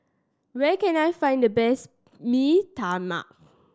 where can I find the best Mee Tai Mak